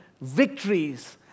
victories